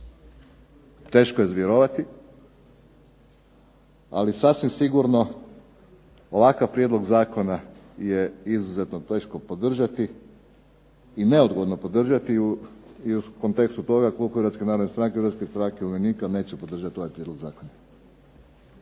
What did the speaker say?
teško je za vjerovati ali sasvim sigurno ovakav Prijedlog zakona je izuzetno teško podržati i neodgovorno podržati u kontekstu toga Klub Hrvatske narodne stranke i Hrvatske stranke umirovljenika neće podržati ovaj Prijedlog zakona.